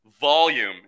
volume